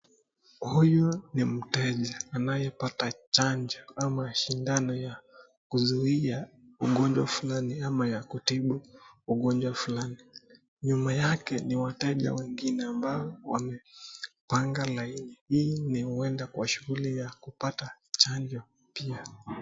Huyu ni mteja anayepata chanjo ama sindano ya kuzuia ugonjwa fulani ama ya kutibu ugonjwa fulani, nyuma yake ni wateja wengine ambao wamepanga laini, hii ni huenda kwa shughuli ya kupata chanjo pia.